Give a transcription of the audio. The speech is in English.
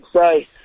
say